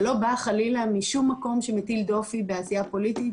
זה לא בא חלילה משום מקום שמטיל דופי בעשייה פוליטית,